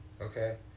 Okay